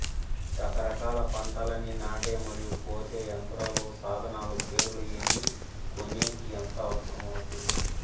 రకరకాల పంటలని నాటే మరియు కోసే యంత్రాలు, సాధనాలు పేర్లు ఏమి, కొనేకి ఎంత అవసరం అవుతుంది?